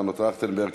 מנו טרכטנברג,